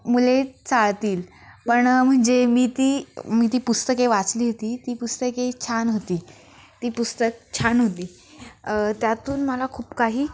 मुले चाळतील पण म्हणजे मी ती मी ती पुस्तके वाचली होती ती पुस्तके छान होती ती पुस्तक छान होती त्यातून मला खूप काही